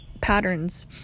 patterns